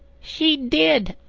she did.